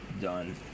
Done